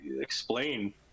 explain